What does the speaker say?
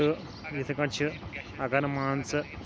تہٕ یِتھَے کٔنۍ چھِ اَگر نہٕ مان ژٕ